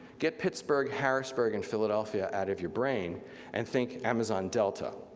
get pittsburgh, harrisburg, and philadelphia out of your brain and think amazon delta.